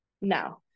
No